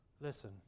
Listen